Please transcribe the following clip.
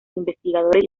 investigadores